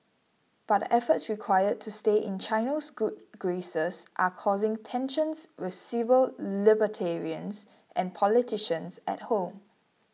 but the efforts required to stay in China's good graces are causing tensions with civil libertarians and politicians at home